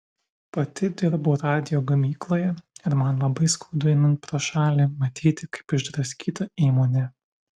pati dirbau radijo gamykloje ir man labai skaudu einant pro šalį matyti kaip išdraskyta įmonė